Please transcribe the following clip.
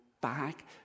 back